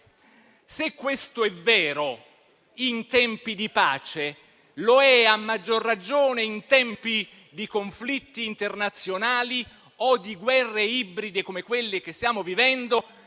Se questo è vero in tempi di pace, lo è a maggior ragione in tempi di conflitti internazionali o di guerre ibride come quelle che stiamo vivendo,